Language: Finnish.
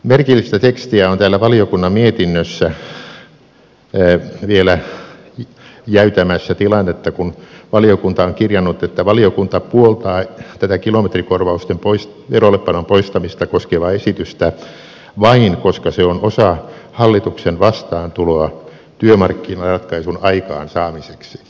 merkillistä tekstiä on täällä valiokunnan mietinnössä vielä jäytämässä tilannetta kun valiokunta on kirjannut että valiokunta puoltaa tätä kilometrikorvausten verollepanon poistamista koskevaa esitystä vain koska se on osa hallituksen vastaantuloa työmarkkinaratkaisun aikaansaamiseksi